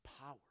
power